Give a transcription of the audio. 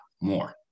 more